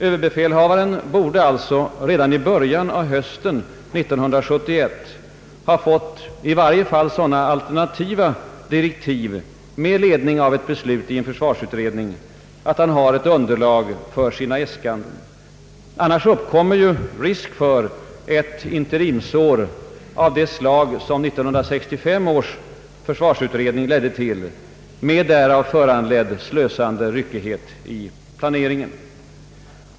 Överbefälhavaren borde alltså redan i början av hösten 1971 ha fått i varje fall sådana alternativa direktiv med ledning av ett beslut i en försvarsutredning att han har ett underlag för sina äskanden. Annars uppkommer risk för ett interimsår av det slag som 1965 års försvarsutredning ledde till, med därav föranledd slösande ryckighet i planeringen.